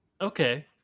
Okay